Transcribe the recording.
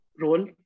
role